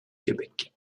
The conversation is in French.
québec